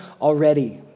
already